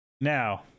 now